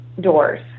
doors